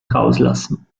rauslassen